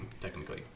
technically